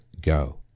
go